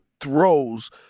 throws